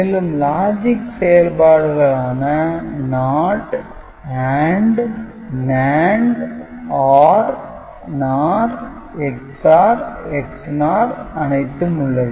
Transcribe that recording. மேலும் லாஜிக் செயல்பாடுகளான NOT AND NANDOR NOR EX OR EX NOR அனைத்தும் உள்ளது